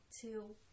Two